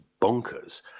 bonkers